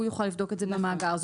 הוא יוכל לבדוק את זה מול מאגר.